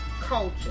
culture